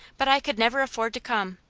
but i could never afford to come.